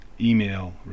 email